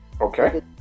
Okay